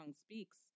speaks